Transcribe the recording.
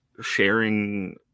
sharing